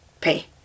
Pay